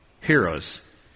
heroes